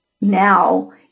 now